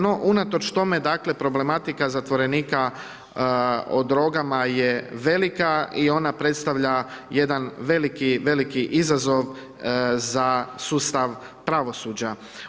No, unatoč tome, dakle, problematika zatvorenika o drogama je velika i ona predstavlja jedan veliki, veliki izazov za sustav pravosuđa.